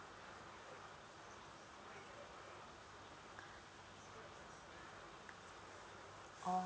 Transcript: oh